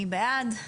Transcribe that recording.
מי בעד?